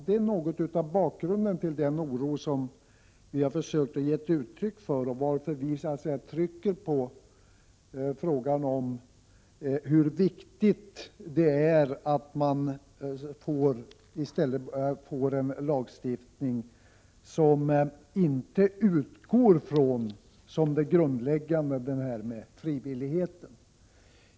Det är en del av bakgrunden till den oro som vi försökt ge uttryck för och anledningen till att vi trycker på hur viktigt det är att vi i stället får en lagstiftning, som inte utgår från frivilligheten som det grundläggande.